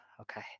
okay